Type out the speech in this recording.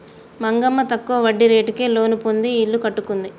మంగమ్మ తక్కువ వడ్డీ రేటుకే లోను పొంది ఇల్లు కట్టుకుంది